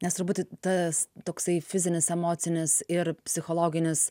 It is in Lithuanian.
nes turbūt tas toksai fizinis emocinis ir psichologinis